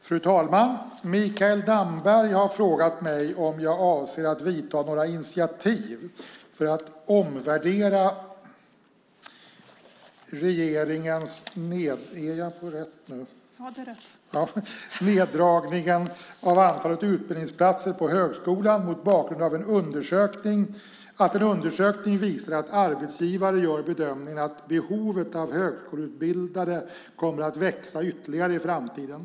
Fru talman! Mikael Damberg har frågat mig om jag avser att ta några initiativ för att omvärdera regeringens neddragning av antalet utbildningsplatser på högskolan mot bakgrund av att en undersökning visar att arbetsgivare gör bedömningen att behovet av högskoleutbildade kommer att växa ytterligare i framtiden.